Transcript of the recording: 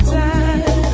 time